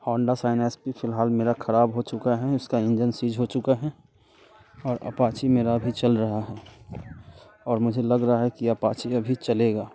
Honda Shine SP पी फिलहाल मेरा खराब हो चुका है उसका इंजन सीज़ हो चुका है और अपाची मेरा अभी चल रहा है और मुझे लग रहा है कि अपाची अभी चलेगा